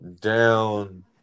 down